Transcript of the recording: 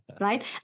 right